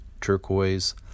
Turquoise